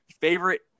favorite